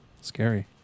Scary